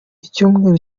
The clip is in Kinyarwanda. icyumweru